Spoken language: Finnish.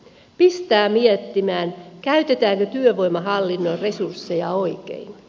pistää miettimään käytetäänkö työvoimahallinnon resursseja oikein